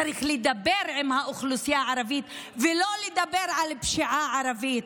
צריך לדבר עם האוכלוסייה הערבית ולא לדבר על פשיעה ערבית.